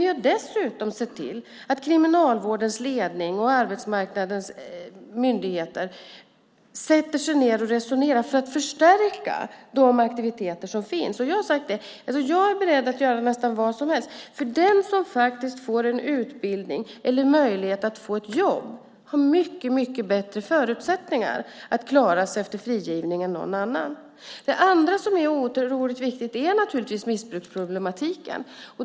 Vi har dessutom sett till att Kriminalvårdens ledning och arbetsmarknadens myndigheter ska sätta sig ned och resonera för att förstärka de aktiviteter som finns. Jag har sagt att jag är beredd att göra nästan vad som helst, för den som får en utbildning eller har möjlighet att få ett jobb har mycket bättre förutsättningar att klara sig efter frigivningen än andra. Det andra som är otroligt viktigt är naturligtvis missbruksproblematiken.